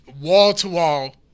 wall-to-wall